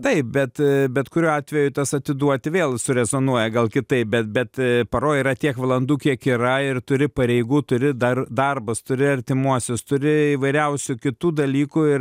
taip bet bet kuriuo atveju tas atiduoti vėl surezonuoja gal kitaip bet bet paroj yra tiek valandų kiek yra ir turi pareigų turi dar darbus turi artimuosius turi įvairiausių kitų dalykų ir